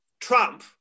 Trump